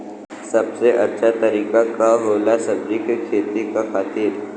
सबसे अच्छा तरीका का होला सब्जी के खेती खातिर?